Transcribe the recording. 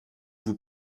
vous